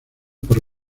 por